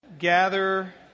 Gather